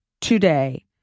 today